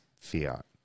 fiat